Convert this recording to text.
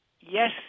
Yes